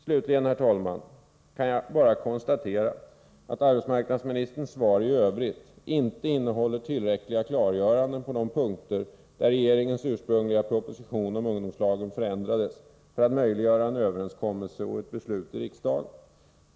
Slutligen, herr talman, kan jag bara konstatera att arbetsmarknadsministerns svar i övrigt inte innehåller tillräckliga klargöranden på de punkter där regeringens ursprungliga proposition om ungdomslagen förändrades för att möjliggöra en överenskommelse och ett beslut i riksdagen.